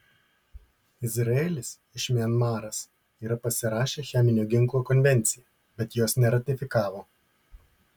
izraelis iš mianmaras yra pasirašę cheminio ginklo konvenciją bet jos neratifikavo